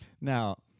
Now